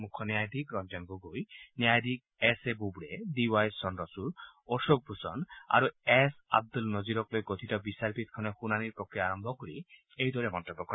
মুখ্য ন্যায়াধীশ ৰঞ্জন গগৈ ন্যায়াধীশ S A Bobde D Y Chandrachud Ashok Bhushan আৰু এছ আব্দুল নজিৰক লৈ গঠিত বিচাৰপীঠখনে শুনানীৰ প্ৰক্ৰিয়া আৰম্ভ কৰি এইদৰে মন্তব্য কৰে